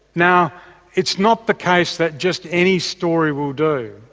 now it's not the case that just any story will do.